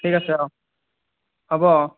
ঠিক আছে অঁ হ'ব অঁ